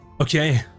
Okay